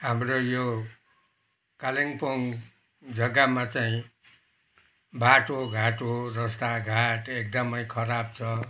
हाम्रो यो कालिम्पोङ जग्गामा चाहिँ बाटो घाटो र साघाट एकदमै खराब छ